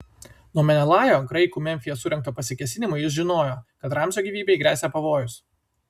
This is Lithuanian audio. nuo menelajo graikų memfyje surengto pasikėsinimo jis žinojo kad ramzio gyvybei gresia pavojus